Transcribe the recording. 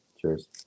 cheers